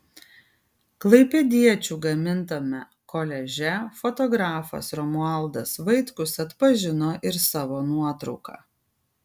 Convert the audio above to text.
klaipėdiečių gamintame koliaže fotografas romualdas vaitkus atpažino ir savo nuotrauką